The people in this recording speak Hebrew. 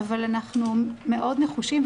אבל אנחנו מאוד נחושים,